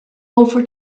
over